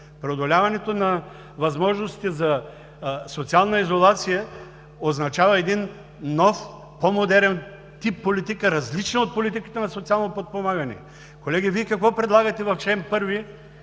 преодоляването на възможностите за социална изолация означава един нов по-модерен тип политика, различна от политиката на социално подпомагане. Колеги, Вие какво предлагате в чл.